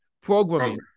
Programming